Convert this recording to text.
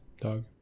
dog